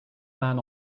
man